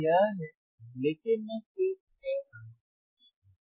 यहाँ यह है लेकिन मैं सिर्फ कह रहा हूँ ठीक है